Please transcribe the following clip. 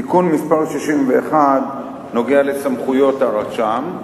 תיקון מס' 61 נוגע לסמכויות הרשם.